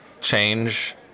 change